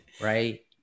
right